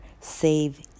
save